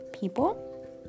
people